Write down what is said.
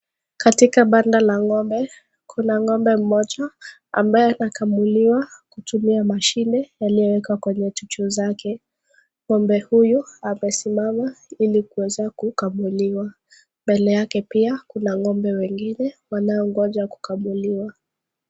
Katika banda la ngo'mbe, kuna ngo'mbe mmoja ambaye anakamuliwa kutumia mashine yaliyowekwa kwenye chuchu zake. Ngo'mbe huyu amesimama ili kuweza kukamuliwa. Mbele yake pia kuna ngo'mbe wengine wanaongoja kukamuliwa.